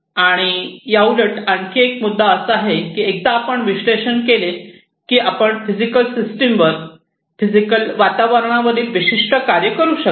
आणि याउलट आणखी एक मुद्दा असा आहे की एकदा आपण विश्लेषण केले की आपण फिजिकल सिस्टमवर फिजिकल वातावरणावरील विशिष्ट कार्य करू शकता